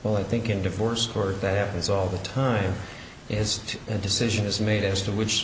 well i think in divorce court that happens all the time is a decision is made as to which